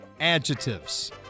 adjectives